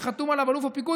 שחתום עליו אלוף הפיקוד,